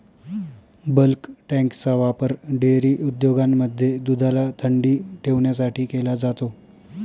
bulk टँकचा वापर dairy उद्योगांमध्ये दुधाला थंडी ठेवण्यासाठी केला जातो